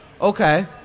Okay